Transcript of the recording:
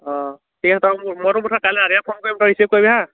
অঁ ঠিক আছে তই মোক মই মুঠতে কাইলৈ ৰাতিপুৱা ফোন কৰিম তই ৰিচভ কৰিবি হা